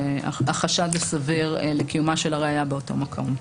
החשד הסביר לקיומה של הראיה באותו מקום.